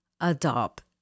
adopt